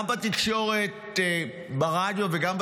גם בתקשורת ברדיו וגם בטלוויזיה,